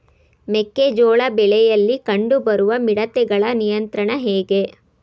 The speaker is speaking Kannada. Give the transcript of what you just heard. ಮೆಕ್ಕೆ ಜೋಳ ಬೆಳೆಯಲ್ಲಿ ಕಂಡು ಬರುವ ಮಿಡತೆಗಳ ನಿಯಂತ್ರಣ ಹೇಗೆ?